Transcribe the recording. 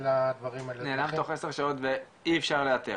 לדברים --- נעלם תוך עשר שעות ואי אפשר לאתר.